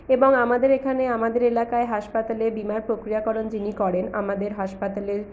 এবং আমাদের এখানে আমাদের এলাকায় হাসপাতালে বিমার প্রক্রিয়াকরণ যিনি করেন আমাদের হাসপাতালের